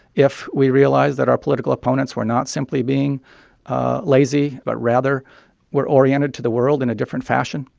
if we realize that our political opponents were not simply being lazy but rather were oriented to the world in a different fashion,